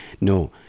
no